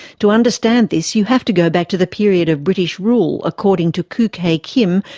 to understand this you have to go back to the period of british rule, according to khoo kay kim,